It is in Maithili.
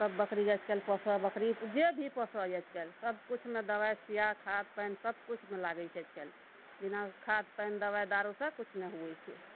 तब बकरीके आइकाल्हि पोसऽ बकरी जे भी पोसऽ आइकाल्हि सबकिछुमे दबाइ सूइआ खाद पानि सबकिछुमे लागै छै आइकाल्हि बिना खाद पानि दवाइदारू से किछु नहि होइ छै